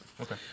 Okay